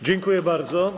Dziękuję bardzo.